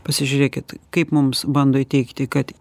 pasižiūrėkit kaip mums bando įteigti kad